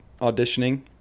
auditioning